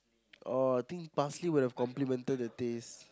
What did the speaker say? oh I think parsley would have complemented the taste